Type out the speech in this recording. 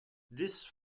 this